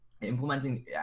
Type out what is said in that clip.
implementing